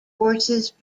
forces